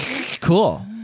Cool